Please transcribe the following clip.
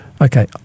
okay